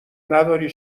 نداری